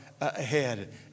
ahead